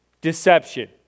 Deception